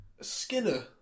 Skinner